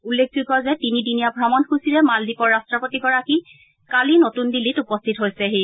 উল্লেখযোগ্য যে তিনিদিনীয়া ভ্ৰমণসূচীৰে মালদ্বীপৰ ৰট্টপতিগৰাকী কালি নতুন দিল্লীত উপস্থিত হৈছেহি